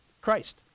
Christ